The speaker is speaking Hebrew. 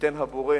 ייתן הבורא